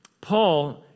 Paul